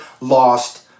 lost